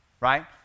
right